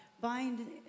bind